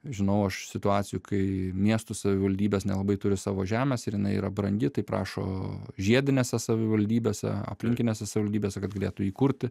žinau aš situacijų kai miestų savivaldybės nelabai turi savo žemės ir jinai yra brangi tai prašo žiedinėse savivaldybėse aplinkinėse savivaldybėse kad galėtų įkurti